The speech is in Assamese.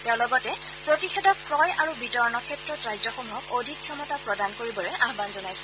তেওঁ লগতে প্ৰতিষেধক ক্ৰয় আৰু বিতৰণৰ ক্ষেত্ৰত ৰাজ্যসমূহক অধিক ক্ষমতা প্ৰদান কৰিবলৈ আহ্বান জনাইছিল